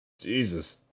Jesus